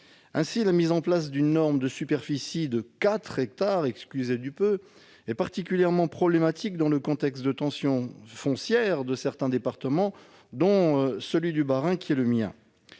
Ainsi, la mise en place d'une norme de superficie de 4 hectares- excusez du peu ! -est particulièrement problématique dans le contexte de tension foncière de certains départements, dont celui du Bas-Rhin, qui est le mien.